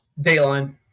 Dayline